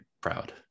proud